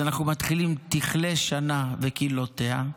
אז אנחנו מתחילים: "תִּכְלֶה שָׁנָה וְקִלְלוֹתֶיהָ"